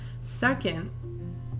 Second